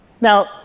now